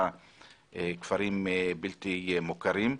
כפרים בלתי מוכרים.